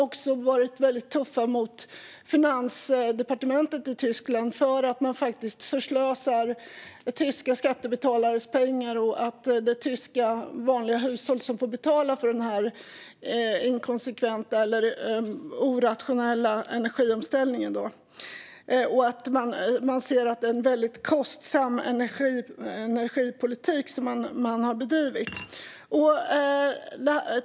Man har även varit väldigt tuff mot det tyska finansdepartementet och menar att detta förslösar tyska skattebetalares pengar och att det är vanliga tyska hushåll som får betala för den inkonsekventa eller orationella energiomställningen. Den energipolitik som har bedrivits ses som väldigt kostsam.